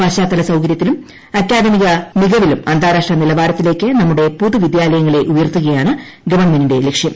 പശ്ചാത്തല സൌകര്യത്തിലും അക്കാദമിക മികവിലും അന്താരാഷ്ട്ര നിലവാരത്തിലേക്ക് നമ്മുടെ പൊതുവിദ്യാലയങ്ങളെ ഉയർത്തുകയാണ് ഗവൺമെന്റിന്റെ ലക്ഷ്യം